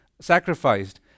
sacrificed